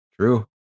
True